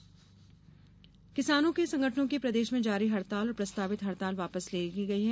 किसान आंदोलन किसानों संगठनों की प्रदेश में जारी हड़ताल और प्रस्तावित हड़ताल वापस ले ली गई है